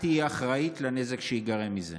את תהיי אחראית לנזק שייגרם מזה.